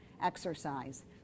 exercise